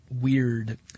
weird